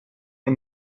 and